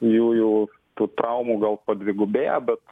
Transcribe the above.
jųjų tų traumų gal padvigubėję bet